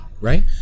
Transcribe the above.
right